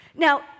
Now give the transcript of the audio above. Now